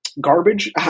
garbage